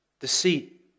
deceit